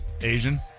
Asian